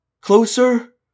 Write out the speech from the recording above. Closer